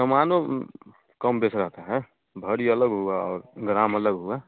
सामानों कम बेस रहता है भरी अलग हुआ और ग्राम अलग हुआ